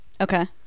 okay